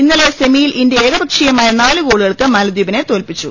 ഇന്നലെ സെമിയിൽ ഇന്ത്യ ഏകപക്ഷീയമായ നാലു ഗോളുകൾക്ക് മാലദ്വീപിനെ തോൽപിച്ചു